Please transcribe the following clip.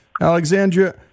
Alexandria